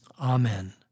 Amen